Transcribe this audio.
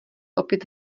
opět